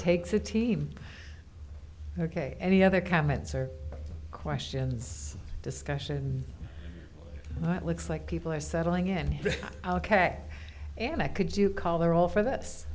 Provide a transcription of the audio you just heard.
takes a team ok any other comments or questions discussion that looks like people are settling in our k and i could you call they're all for this